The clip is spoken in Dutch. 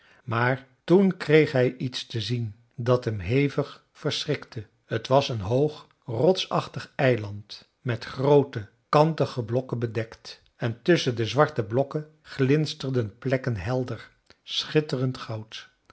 maar toen kreeg hij iets te zien dat hem hevig verschrikte t was een hoog rotsachtig eiland met groote kantige blokken bedekt en tusschen de zwarte blokken glinsterden plekken helder schitterend goud